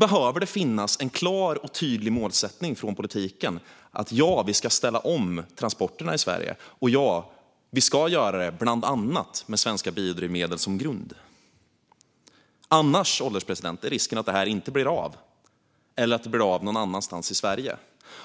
behöver det finnas en klar och tydlig målsättning från politikens håll om att vi ska ställa om transporterna i Sverige och att vi bland annat ska göra det med svenska biodrivmedel som grund. Annars, herr ålderspresident, är risken att det här inte blir av eller att det blir av någon annanstans än i Sverige.